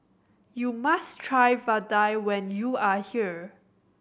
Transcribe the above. you must try vadai when you are here